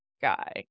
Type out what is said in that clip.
guy